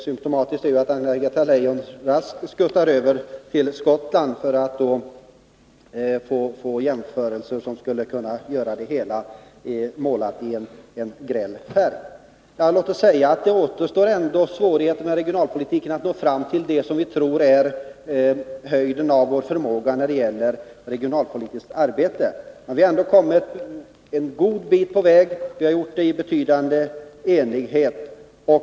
Symtomatiskt är att Anna-Greta Leijon raskt skuttar över till Skottland för att göra jämförelser, som skulle kunna måla det hela i en gräll färg. Inom regionalpolitiken återstår ändå att nå fram till det som vi tror är höjden av vår förmåga när det gäller regionalpolitiskt arbete. Men vi har kommit en god bit på väg. Det har skett i betydande enighet.